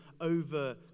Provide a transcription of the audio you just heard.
over